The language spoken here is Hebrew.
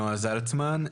נועה זלצמן.